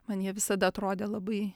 man jie visada atrodė labai